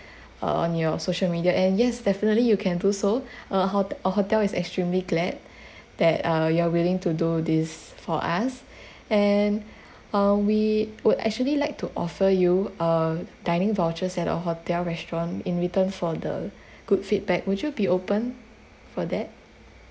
uh on your social media and yes definitely you can do so uh ho~ our hotel is extremely glad that uh you are willing to do this for us and um we would actually like to offer you a dining vouchers at our hotel restaurant in return for the good feedback would you be open for that